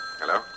Hello